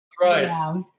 Right